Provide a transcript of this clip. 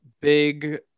big